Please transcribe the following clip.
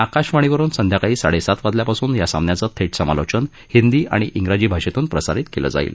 आकाशवाणीवरून संध्याकाळी साडेसात वाजल्यापासून या सामन्याचं थेट समालोचन हिंदी आणि इंग्रजी भाषेतून प्रसारीत केलं जाईल